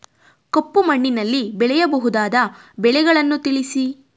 ಕಪ್ಪು ಮಣ್ಣಿನಲ್ಲಿ ಬೆಳೆಯಬಹುದಾದ ಬೆಳೆಗಳನ್ನು ತಿಳಿಸಿ?